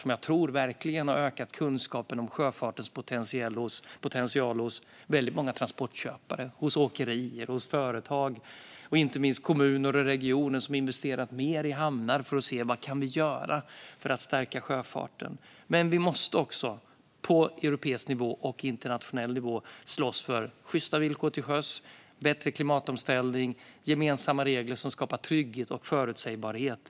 Jag tror att detta verkligen har ökat kunskapen om sjöfartens potential hos väldigt många transportköpare, hos åkerier, hos företag och inte minst hos kommuner och regioner, som har investerat mer i hamnar för att se vad de kan göra för att stärka sjöfarten. Vi måste också på europeisk och internationell nivå slåss för sjysta villkor till sjöss, bättre klimatomställning och gemensamma regler som skapar trygghet och förutsägbarhet.